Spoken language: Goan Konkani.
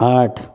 आठ